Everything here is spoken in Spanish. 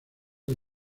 del